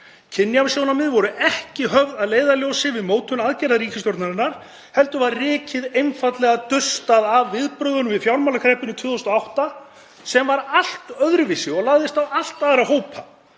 Kynjasjónarmið voru ekki höfð að leiðarljósi við mótun aðgerða ríkisstjórnarinnar heldur var rykið einfaldlega dustað af viðbrögðunum við fjármálakreppunni 2008, sem var allt öðruvísi (Forseti hringir.) og lagðist á allt aðra hópa.